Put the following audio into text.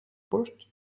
poste